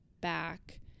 back